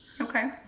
Okay